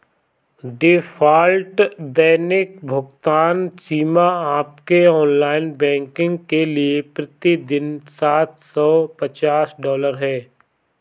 default दैनिक भुगतान सीमा आपके ऑनलाइन बैंकिंग के लिए प्रति दिन सात सौ पचास डॉलर है